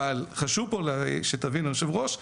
אבל חשוב שתבין יושב הראש,